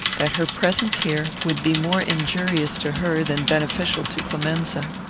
that her presence here would be more injurious to her than beneficial to clemenza.